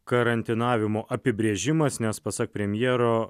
karantinavimo apibrėžimas nes pasak premjero